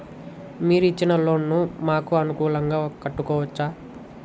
మీరు ఇచ్చిన లోన్ ను మాకు అనుకూలంగా కట్టుకోవచ్చా?